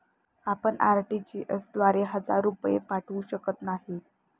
आपण आर.टी.जी.एस द्वारे हजार रुपये पाठवू शकत नाही